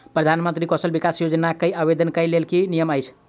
प्रधानमंत्री कौशल विकास योजना केँ आवेदन केँ लेल की नियम अछि?